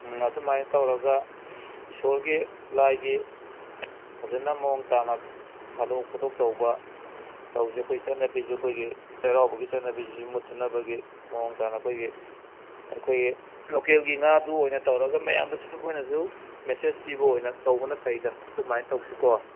ꯎꯝ ꯑꯗꯨꯃꯥꯏꯅ ꯇꯧꯔꯒ ꯏꯁꯣꯔꯒꯤ ꯂꯥꯏꯒꯤ ꯐꯖꯅ ꯃꯑꯣꯡ ꯇꯥꯅ ꯊꯥꯗꯣꯛ ꯈꯣꯇꯣꯛ ꯇꯧꯕ ꯇꯧꯁꯦ ꯑꯩꯈꯣꯏ ꯆꯠꯅꯕꯤꯁꯦ ꯑꯩꯈꯣꯏꯒꯤ ꯆꯩꯔꯥꯎꯕꯒꯤ ꯆꯠꯅꯕꯤꯁꯤꯁꯨ ꯃꯨꯠꯇꯅꯕꯒꯤ ꯃꯑꯣꯡ ꯇꯥꯅ ꯑꯩꯈꯣꯏꯒꯤ ꯑꯩꯈꯣꯏ ꯂꯣꯀꯦꯜꯒꯤ ꯉꯥꯗꯨ ꯑꯣꯏꯅ ꯇꯧꯔꯒ ꯃꯌꯥꯝꯗꯁꯨ ꯑꯩꯈꯣꯏꯅꯁꯨ ꯃꯦꯁꯦꯖ ꯄꯤꯕꯅ ꯑꯣꯏꯅ ꯇꯧꯕꯅ ꯐꯩꯗ ꯑꯗꯨꯃꯥꯏꯅ ꯇꯧꯁꯤꯀꯣ